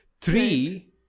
three